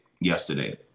yesterday